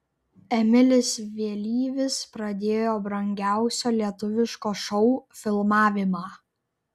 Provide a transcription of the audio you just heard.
emilis vėlyvis pradėjo brangiausio lietuviško šou filmavimą